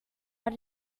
but